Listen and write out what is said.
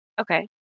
Okay